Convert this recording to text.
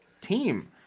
team